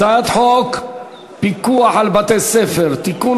הצעת חוק פיקוח על בתי-ספר (תיקון,